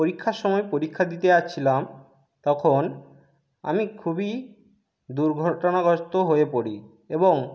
পরীক্ষার সময় পরীক্ষা দিতে যাচ্ছিলাম তখন আমি খুবই দুর্ঘটনাগ্রস্ত হয়ে পড়ি এবং